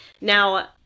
Now